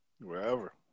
Wherever